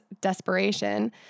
desperation